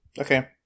Okay